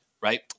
Right